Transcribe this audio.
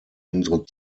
unsere